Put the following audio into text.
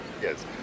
yes